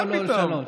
מה פתאום.